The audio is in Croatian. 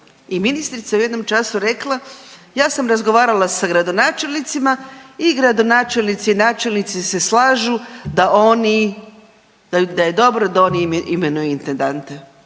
i ministrica je u jednom času rekla – ja sam razgovarala sa gradonačelnicima i gradonačelnici i načelnici se slažu da oni, da je dobro da oni imenuju intendanta.